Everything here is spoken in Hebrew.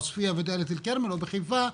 עוספיא ובדלית אל כרמל או בחיפה,